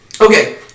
Okay